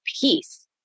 peace